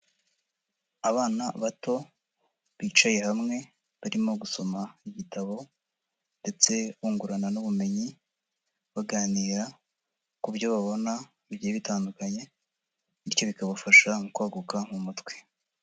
Abana bato bicaye hamwe, barimo gusoma ibitabo, ndetse bungurana n'ubumenyi baganira ku byo babona bigiye bitandukanye, bityo bikabafasha mu kwaguka mu mutwe.